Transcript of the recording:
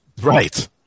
Right